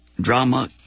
Drama